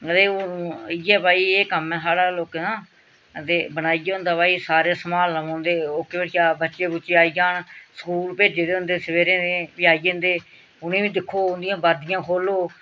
आं ते ओह् इ'यै भाई एह् कम्म ऐ साढ़ा लोकें दा ते बनाइयै होंदा भाई सारे सम्हालना पौंदे ओह्के चा बच्चे बुच्चे आई जान स्कूल भेजे दे होंदे सवेरे दे फ्ही आई जंदे उ'नें बी दिक्खो उंदियां बर्दियां खोह्ल्लो